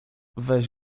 weź